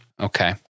Okay